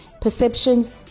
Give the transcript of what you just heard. perceptions